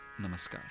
Namaskar